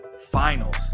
finals